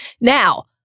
Now